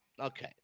okay